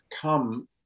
come